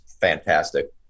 fantastic